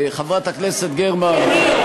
חברת הכנסת גרמן,